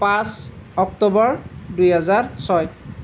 পাঁচ অক্টোবৰ দুহেজাৰ ছয়